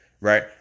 right